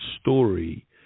story